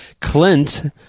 Clint